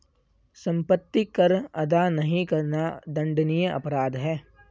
सम्पत्ति कर अदा नहीं करना दण्डनीय अपराध है